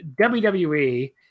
WWE